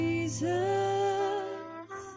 Jesus